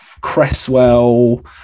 Cresswell